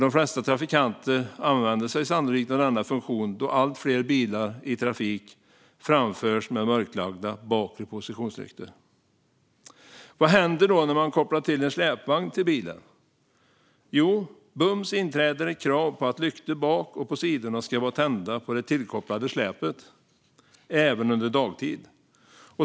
De flesta trafikanter använder sig sannolikt av denna funktion då allt fler bilar i trafik framförs med mörklagda bakre positionslyktor. Vad händer då när man kopplar till en släpvagn till bilen? Jo, bums inträder ett krav på att lyktor bak och på sidorna ska vara tända på det tillkopplade släpet även under dagtid.